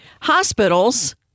Hospitals